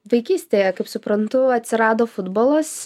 vaikystėje kaip suprantu atsirado futbolas